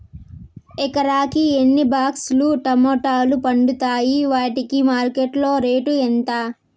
ఎకరాకి ఎన్ని బాక్స్ లు టమోటాలు పండుతాయి వాటికి మార్కెట్లో రేటు ఎంత?